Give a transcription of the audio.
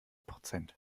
prozent